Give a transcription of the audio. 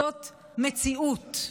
זאת מציאות.